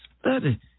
Study